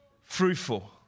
fruitful